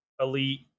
Elite